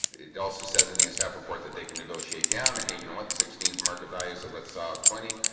it also says anything a staff report that they can negotiate down and hey, you know what sixteen s market value so let's saw twenty.